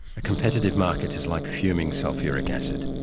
a competitive market is like fuming sulfuric acid.